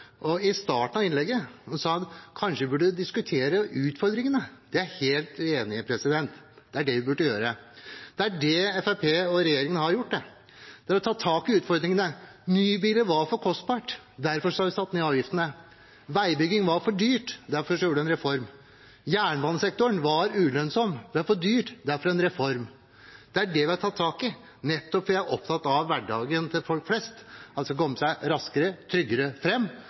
I starten av innlegget sa hun at vi kanskje burde diskutere utfordringene. Det er jeg helt enig i. Det er det vi burde gjøre. Det er det Fremskrittspartiet og regjeringen har gjort, og tatt tak i utfordringene. Nybiler var for kostbare. Derfor har vi satt ned avgiftene. Veibygging var for dyrt. Derfor gjorde vi en reform. Jernbanesektoren var ulønnsom, det ble for dyrt – derfor en reform. Det er det vi har tatt tak i, nettopp fordi vi er opptatt av hverdagen til folk flest, at de skal komme seg raskere og tryggere